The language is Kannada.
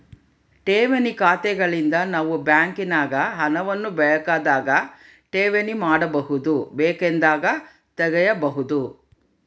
ಠೇವಣಿ ಖಾತೆಗಳಿಂದ ನಾವು ಬ್ಯಾಂಕಿನಾಗ ಹಣವನ್ನು ಬೇಕಾದಾಗ ಠೇವಣಿ ಮಾಡಬಹುದು, ಬೇಕೆಂದಾಗ ತೆಗೆಯಬಹುದು